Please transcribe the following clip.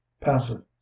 passive